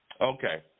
Okay